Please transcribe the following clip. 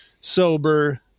sober